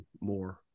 more